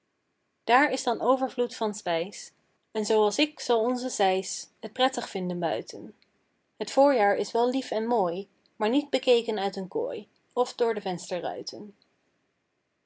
daar is dan overvloed van spijs en zooals ik zal onze sijs het prettig vinden buiten het voorjaar is wel lief en mooi maar niet bekeken uit een kooi of door de